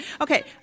Okay